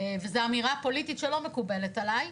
וזו אמירה פוליטית שלא מקובלת עליי,